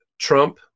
Trump